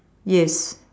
yes